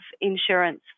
insurance